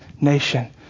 nation